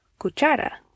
cuchara